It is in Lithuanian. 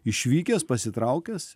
išvykęs pasitraukęs